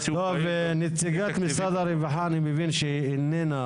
נציגת משרד הרווחה, אני מבין שאיננה